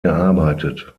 gearbeitet